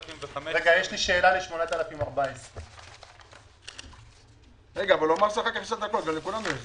יש לי שאלה לפנייה 8014. לכולנו יש,